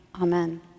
Amen